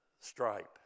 stripe